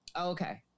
Okay